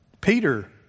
Peter